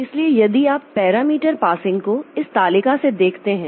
इसलिए यदि आप पैरामीटर पासिंग को इस तालिका से देखते हैं